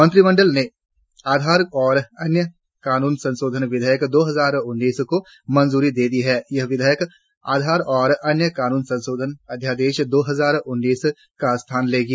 मंत्रिमंडल ने आधार और अन्य कानून संशोधन विधेयक दो हजार उन्नीस को मंजूरी दे दी है यह विधेयक आधार और अन्य कानून संशोधन अध्यादेश दो हजार उन्नीस का स्थान लेगा